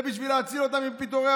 זה בשביל להציל אותם מפיטורים,